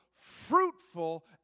fruitful